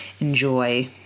enjoy